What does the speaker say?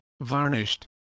varnished